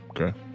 Okay